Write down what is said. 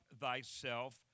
thyself